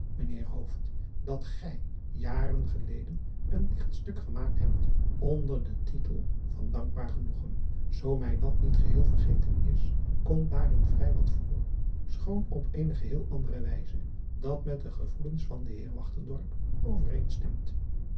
ijnheer dat gij jaren geleden een ichtstuk gemaakt hebt onder den titel van ankbaar enoegen oo mij dat niet geheel vergeten is komt daarin vrij wat voor schoon op eene geheel andere wijze dat met de gevoelens van den